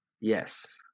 Yes